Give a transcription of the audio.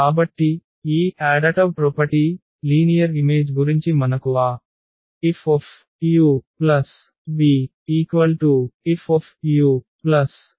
కాబట్టి ఈ సంకలిత ఆస్తి లీనియర్ ఇమేజ్ గురించి మనకు ఆ Fu v F F